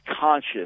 conscious